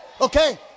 okay